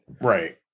Right